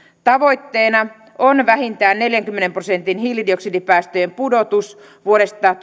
tavoitteena on vähintään neljänkymmenen prosentin hiilidioksidipäästöjen pudotus vuodesta